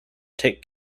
take